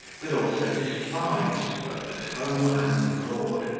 but also despised, both at home and abroad.